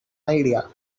idea